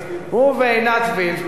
הוא ועינת וילף.